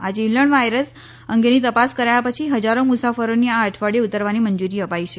આ જીવલેણ વાયરસ અંગેની તપાસ કરાયા પછી હજારો મુસાફરોને આ અઠવાડીયે ઉતરવાની મંજુરી અપાઇ છે